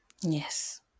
Yes